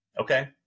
Okay